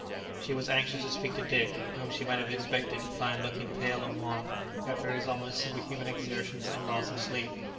she was anxious to speak to dick, whom she might have expected to find looking pale and wan after his almost superhuman exertions and loss of sleep.